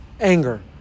anger